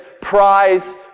prize